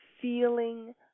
feeling